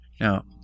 Now